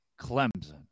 Clemson